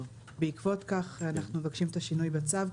בעקבות כך אנחנו מבקשים את השינוי בצו,